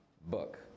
book